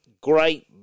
Great